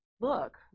look